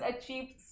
achieved